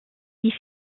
die